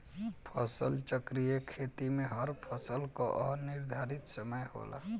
फसल चक्रीय खेती में हर फसल कअ निर्धारित समय होला